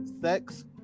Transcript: sex